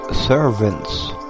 servants